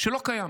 שלא קיים.